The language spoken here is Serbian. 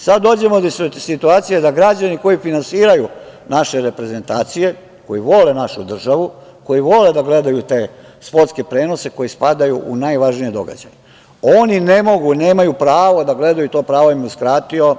Sada dođemo do situacije da građani koji finansiraju naše reprezentacije, koji vole našu državu, koji vole da gledaju te sportske prenose koji spadaju u najvažnije događaje, oni ne mogu, nemaju pravo da gledaju, to pravo im je uskratio